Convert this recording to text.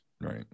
right